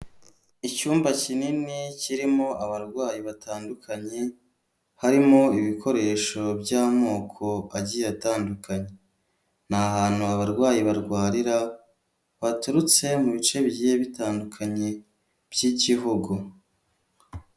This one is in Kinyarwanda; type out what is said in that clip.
Icyumba kinini kirimo abarwayi batandukanye, harimo ibikoresho by'amoko agiye atandukanye. Ni ahantu abarwayi barwarira baturutse mu bice bigiye bitandukanye by'igihugu.